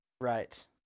Right